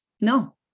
No